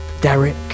Derek